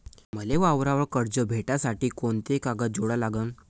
मले वावरावर कर्ज भेटासाठी कोंते कागद जोडा लागन?